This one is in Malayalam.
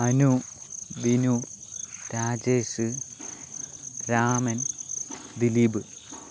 അനു വിനു രാജേഷ് രാമൻ ദിലീപ്